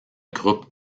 groupe